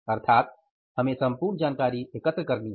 अर्थात हमें सम्पूर्ण जानकारी एकत्र करनी है